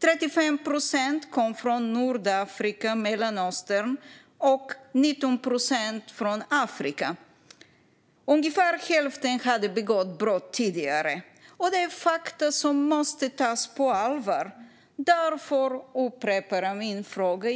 35 procent kom från Nordafrika och Mellanöstern och 19 procent från Afrika. Ungefär hälften hade begått brott tidigare. Det är fakta som måste tas på allvar, och därför upprepar jag min fråga: